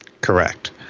Correct